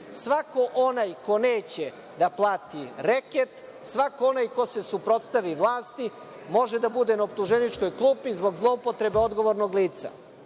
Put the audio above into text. Svako onaj ko neće da plati reket, svako onaj ko se suprostavi vlasti, može da bude na optuženičkoj klupi zbog zloupotrebe odgovornog lica.Zašto